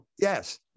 Yes